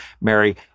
Mary